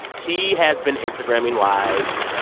he has been instagramming live,